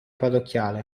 parrocchiale